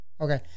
okay